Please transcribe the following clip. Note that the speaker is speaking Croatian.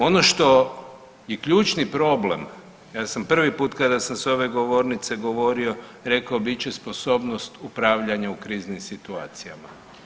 Ono što je ključni problem, ja sam prvi put kada sam s ove govornice govorio bit će sposobnost upravljanja u kriznim situacijama.